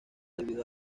debido